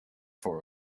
for